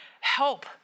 help